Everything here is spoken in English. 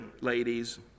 ladies